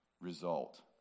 result